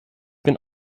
been